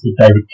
David